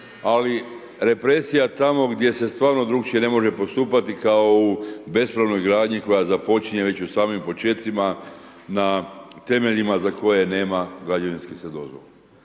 ali represija tamo gdje se stvarno drukčije ne može postupati kao u bespravnoj gradnji koja započinje već u samim počecima na temeljima za koje nema građevinske dozvole.